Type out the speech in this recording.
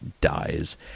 dies